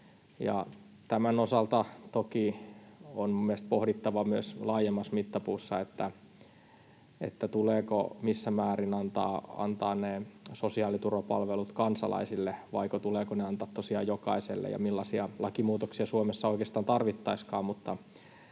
Tämän osalta toki on minun mielestäni pohdittava myös laajemmassa mittapuussa, missä määrin tulee antaa ne sosiaaliturvapalvelut kansalaisille vaiko tuleeko ne antaa tosiaan jokaiselle, ja millaisia lakimuutoksia Suomessa oikeastaan tarvittaisikaan.